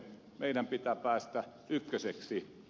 meidän pitää päästä ykköseksi